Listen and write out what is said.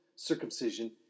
circumcision